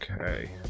Okay